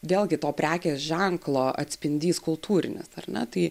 vėl gi to prekės ženklo atspindys kultūrinis ar ne tai